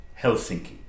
Helsinki